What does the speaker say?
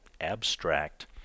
abstract